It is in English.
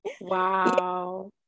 wow